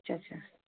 अच्छा अच्छा